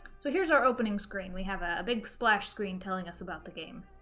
so here's our opening screen we have a big splash screen telling us about the game.